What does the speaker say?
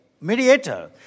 mediator